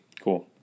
cool